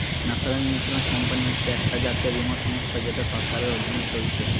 national insurance company হচ্ছে একটা জাতীয় বীমা সংস্থা যেটা সরকারের অধীনে চলছে